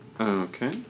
Okay